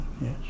yes